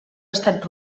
estat